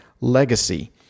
Legacy